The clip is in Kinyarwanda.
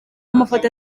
amafoto